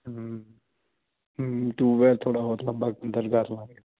ਹਮ ਹਮ ਟਿਊਬਵੈੱਲ ਥੋੜ੍ਹਾ ਹੋਰ ਲੰਬਾ ਕਰ ਲਵਾਂਗੇ